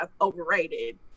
overrated